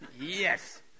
yes